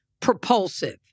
propulsive